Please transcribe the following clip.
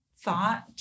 thought